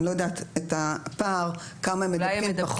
אני לא יודעת את הפער, כמה הם מדבקים פחות.